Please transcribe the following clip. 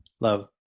Love